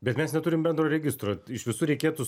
bet mes neturim bendro registro iš visų reikėtų